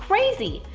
crazy!